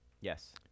Yes